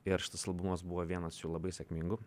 ir šitas albumas buvo vienas jų labai sėkmingų